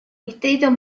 distritos